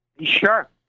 Sure